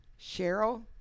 Cheryl